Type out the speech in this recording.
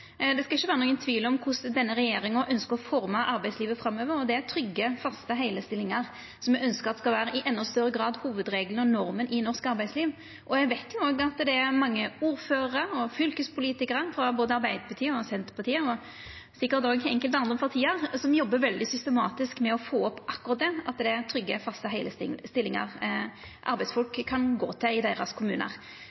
forma arbeidslivet framover. Det er trygge, faste, heile stillingar me ønskjer at skal vera hovudregelen og norma i norsk arbeidsliv i endå større grad. Eg veit at mange ordførarar og fylkespolitikarar frå både Arbeidarpartiet og Senterpartiet og sikkert òg frå enkelte andre parti jobbar veldig systematisk med å få opp akkurat det: trygge, faste, heile stillingar som arbeidsfolk kan gå til i kommunen deira. Det betyr ikkje at ein har ordna opp i alt. Det er